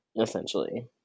essentially